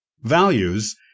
values